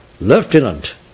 Lieutenant